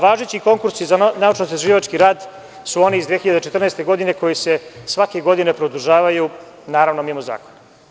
Važeći konkursi za naučno-istraživački rad su oni iz 2014. godine koji se svake godine produžavaju, naravno, mimo zakona.